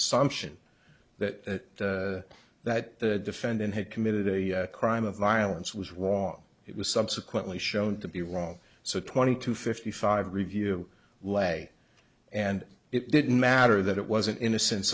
assumption that that the defendant had committed a crime of violence was wrong it was subsequently shown to be wrong so twenty to fifty five review lay and it didn't matter that it wasn't in